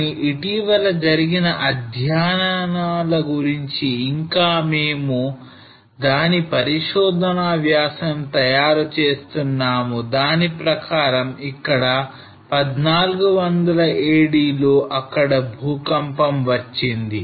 కానీ ఇటీవల జరిగిన అధ్యయనాలు గురించి ఇంకా మేము దాని పరిశోధనా వ్యాసం తయారు చేస్తున్నాము దాని ప్రకారం ఇక్కడ 1400 AD లో అక్కడ భూకంపం వచ్చింది